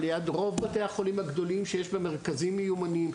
ליד רוב בתי החולים הגדולים שיש במרכזים העירוניים,